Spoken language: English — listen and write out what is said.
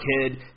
kid